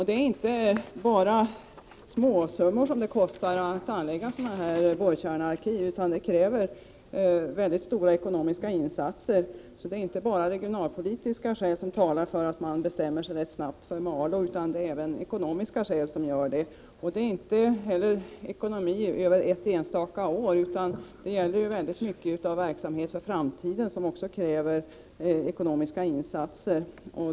Det är inte småsummor som det kostar att anlägga ett borrkärnearkiv, utan det krävs stora ekonomiska insatser. Det är således inte bara regionalpolitiska skäl som talar för att man rätt snart skall bestämma sig för Malå, utan även ekonomiska. Det handlar inte heller bara om ekonomin under ett enstaka år, utan det gäller här i mycket stor utsträckning en verksamhet för framtiden, som fordrar ekonomiska resurser.